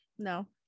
no